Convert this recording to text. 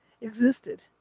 existed